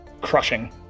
crushing